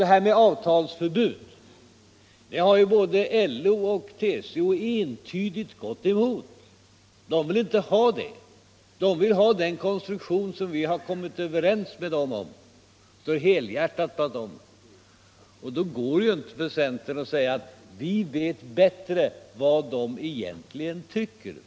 Men frågan om avtalsförbud har ju både LO och TCO entydigt gått emot. De vill inte ha ett avtalsförbud, utan de stöder helhjärtat den konstruktion som vi kommit överens med dem om. Detta är belagt, och då kan inte centern komma och påstå att man vet bättre vad dessa organisationer egentligen tycker.